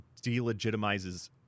delegitimizes